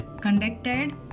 conducted